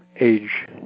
age